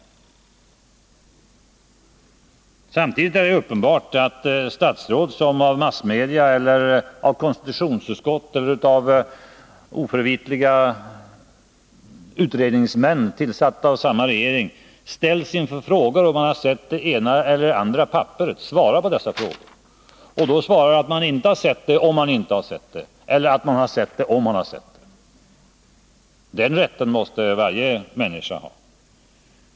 Samtidigt är det självklart att statsråd som av massmedia, konstitutionsutskott eller oförvitliga utredningsmän, tillsatta av den egna regeringen, ställs inför frågor om de har sett det ena eller det andra papperet svarar på dessa frågor. De svarar naturligtvis att de inte har sett papperet, om de inte har gjort det och att de har sett det, om de har gjort detta. Den rätten måste varje människa ha.